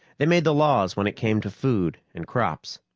they made the laws when it came to food and crops.